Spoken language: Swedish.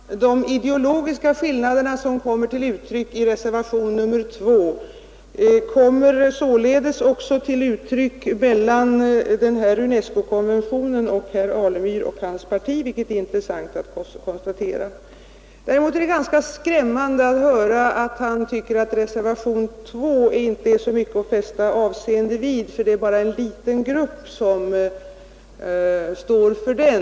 Herr talman! De ideologiska skillnader som kommer till uttryck i reservationen A 2 kommer alltså även till uttryck mellan UNESCO-konventionen och herr Alemyr och hans parti. Det är intressant att konstatera. Däremot är det ganska skrämmande att höra att herr Alemyr tycker att reservationen A 2 inte är så mycket att fästa avseende vid, därför att det bara är en liten grupp som står bakom den.